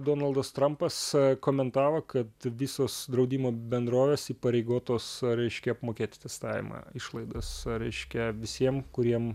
donaldas trampas komentavo kad visos draudimo bendrovės įpareigotos reiškia apmokėti testavimą išlaidas reiškia visiem kuriem